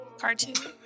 Cartoon